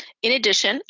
in addition,